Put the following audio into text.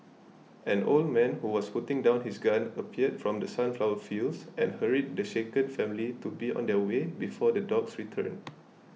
an old man who was putting down his gun appeared from the sunflower fields and hurried the shaken family to be on their way before the dogs returning